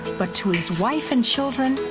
but to his wife and children,